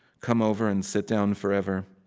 come over and sit down forever.